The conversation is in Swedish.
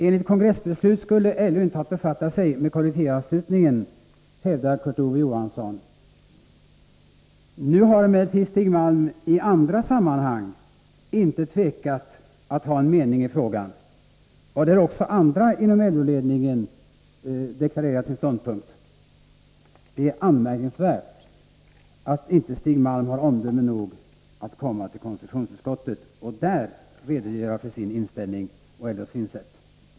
Enligt kongressbeslut skall LO inte befatta sig med frågan om kollektivanslutningen, hävdar Kurt Ove Johansson. Nu har emellertid Stig Malm i andra sammanhang inte tvekat att framföra en mening i frågan. Även andra inom LO-ledningen har deklarerat sin ståndpunkt. Det är anmärkningsvärt att inte Stig Malm har omdöme nog att komma till konstitutionsutskottet och där redogöra för sin inställning samt LO:s synsätt.